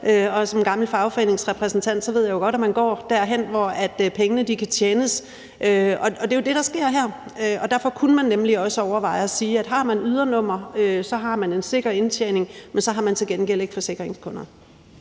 Som gammel fagforeningsrepræsentant ved jeg godt, at man går derhen, hvor pengene kan tjenes, og det er jo det, der sker her. Og derfor kunne man nemlig også overveje at sige, at har man et ydernummer, så har man en sikker indtjening, men så har man til gengæld ikke forsikringskunder.